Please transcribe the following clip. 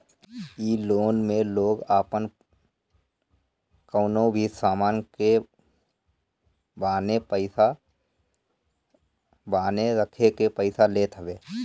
इ लोन में लोग आपन कवनो भी सामान के बान्हे रखके पईसा लेत हवे